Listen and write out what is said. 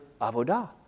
avodah